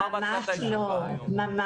ממש לא.